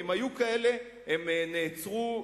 ואם היו כאלה הם נעצרו,